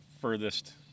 furthest